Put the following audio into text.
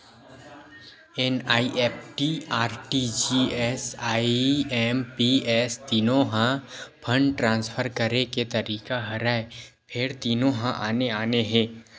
NEFT, RTGS, IMPS तीनो ह fund transfer करे के तरीका हरय फेर तीनो ह आने आने हे